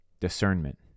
Discernment